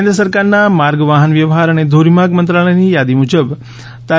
કેન્દ્ર સરકારના માર્ગ વાહન વ્યવહાર અને ધોરી માર્ગ મંત્રાલયની યાદી મુજબ તા